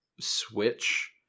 switch